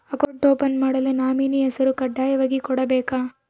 Account open ಮಾಡಲು nominee ಹೆಸರು ಕಡ್ಡಾಯವಾಗಿ ಕೊಡಬೇಕಾ?